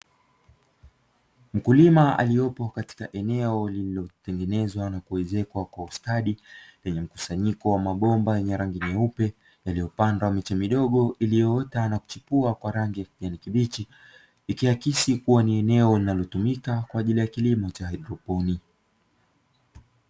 Mkulima aliyopo katika eneo lililotengenezwa na kuezekwa kwa ustadi, lenye mkusanyiko wa mabomba yenye range nyeupe yaliyopandwa miche midogo iliyoota na kuchipua kwa rangi ya kijani kibichi, ikihakisi kuwa ni eneo linalotumika kwa ajili ya kilimo cha haidroponi.